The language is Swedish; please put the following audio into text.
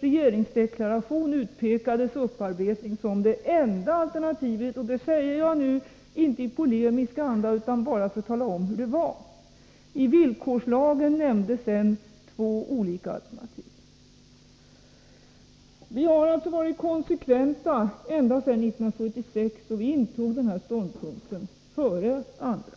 regeringsdeklaration utpekades upparbetning som det enda alternativet. Detta säger jag nu inte i polemisk anda utan bara för att tala om hur det var. I villkorslagen nämndes sedan två olika alternativ. Vi har alltså varit konsekventa ända sedan 1976, och vi intog denna ståndpunkt före andra.